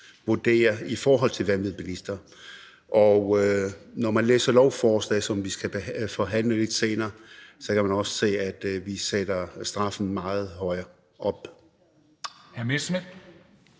vurdere det, hvad angår vanvidsbilister. Når man læser lovforslaget, som vi skal have forhandling om lidt senere, så kan man også se, at vi vil sætte straffen meget op.